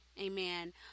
Amen